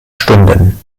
stunden